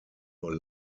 nur